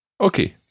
Okay